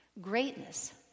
Greatness